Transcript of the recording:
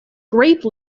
grape